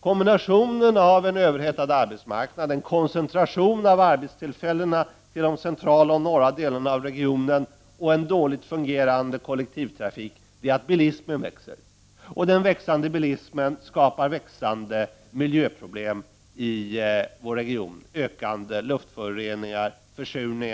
Kombinationen av en överhettad arbetsmarknad, en koncentration av arbetstillfällena till de centrala och norra delarna av regionen och en dåligt fungerande kollektivtrafik gör att bilismen växer. Den växande bilismen skapar växande miljöproblem i regionen i form av ökande luftföroreningar, försurning.